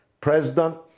president